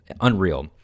unreal